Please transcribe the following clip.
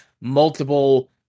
multiple